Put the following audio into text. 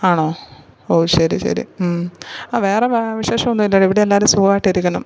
ആണോ ഓ ശരി ശരി ആ വേറെ വിശേഷം ഒന്നുമില്ല എടീ ഇവിടെ എല്ലാവരും സുഖമായിട്ട് ഇരിക്കുന്നു